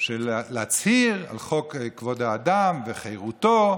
של הצהרה על חוק כבוד האדם וחירותו.